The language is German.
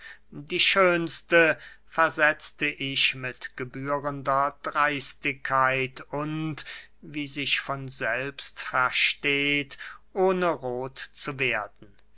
die schönste versetzte ich mit gebührender dreistigkeit und wie sich von selbst versteht ohne roth zu werden